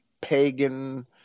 pagan